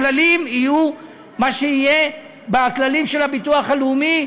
הכללים יהיו מה שיהיה בכללים של הביטוח הלאומי,